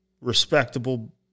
respectable